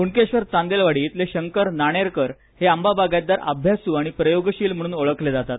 कुणकेश्वर चांदेलवाडी इथले शंकर नाणेरकर हे आंबा बागायतदार अभ्यासू आणि प्रयोगशील म्हणून ओळखले जातात